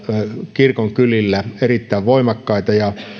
kirkonkylillä erittäin voimakkaita ja